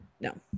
No